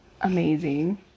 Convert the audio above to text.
amazing